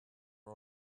are